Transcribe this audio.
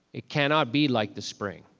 it cannot be like the spring.